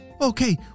Okay